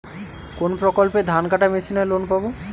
কোন প্রকল্পে ধানকাটা মেশিনের লোন পাব?